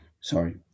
Sorry